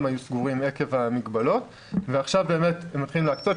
היו סגורים עקב המגבלות ועכשיו מתחילים להקצות.